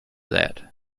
that